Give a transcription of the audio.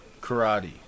karate